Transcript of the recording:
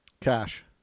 Cash